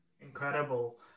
incredible